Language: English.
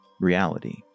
reality